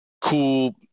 cool